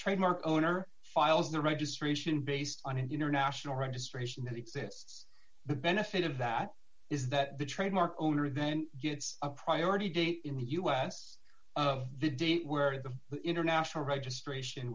trademark owner files the registration based on international registration that exists the benefit of that is that the trademark owner then gets a priority date in the us the date where the international registration